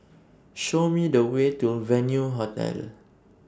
Show Me The Way to Venue Hotel